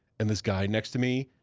and this guy next to me,